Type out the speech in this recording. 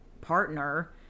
partner